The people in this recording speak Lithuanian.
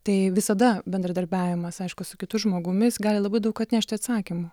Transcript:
tai visada bendradarbiavimas aišku su kitu žmogumi jis gali labai daug atnešti atsakymų